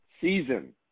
season